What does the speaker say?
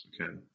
Okay